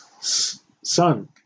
Son